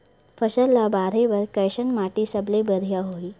फसल ला बाढ़े बर कैसन माटी सबले बढ़िया होथे?